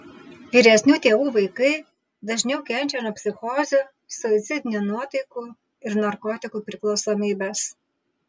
vyresnių tėvų vaikai dažniau kenčia nuo psichozių suicidinių nuotaikų ir narkotikų priklausomybės